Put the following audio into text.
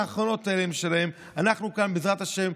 דווקא ראשי ממשלה תומכים בחוק הנורבגי,